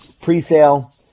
pre-sale